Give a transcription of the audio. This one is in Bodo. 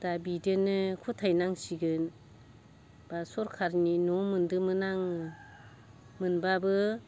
दा बिदिनो खुथाय नांसिगोन बा सरकारनि न' मोदोंमोन आं मोनबाबो